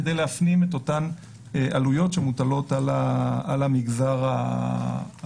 כדי להפנים את אותן עלויות שמוטלות על המגזר הפרטי,